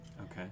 Okay